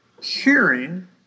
hearing